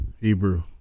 Hebrew